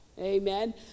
amen